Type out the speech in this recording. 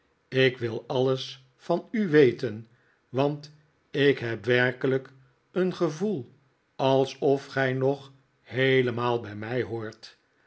ik wil alles van u weten want ik heb werkelijk een gevoel alof gij nog heelemaal bij mij hoort